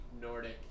nordic